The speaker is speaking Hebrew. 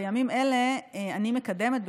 בימים אלה אני מקדמת,